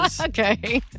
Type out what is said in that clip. Okay